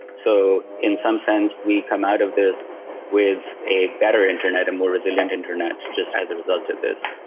so in some sense, we come out of this with a better internet, a more resilient internet, just as a result of this